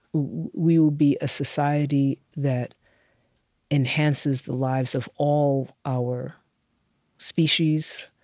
we will be a society that enhances the lives of all our species.